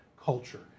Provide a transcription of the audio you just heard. culture